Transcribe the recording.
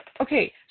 Okay